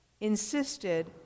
insisted